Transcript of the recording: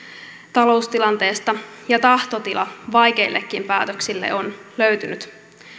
taloustilanteesta ja tahtotila vaikeillekin päätöksille on löytynyt